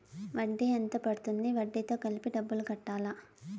వడ్డీ ఎంత పడ్తుంది? వడ్డీ తో కలిపి డబ్బులు కట్టాలా?